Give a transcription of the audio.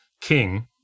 King